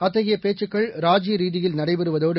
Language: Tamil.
அத்தகைய பேச்சுக்கள் ராஜீய ரீதியில் நடைபெறுவதோடு